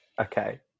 Okay